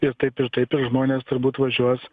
ir taip ir taip ir žmonės turbūt važiuos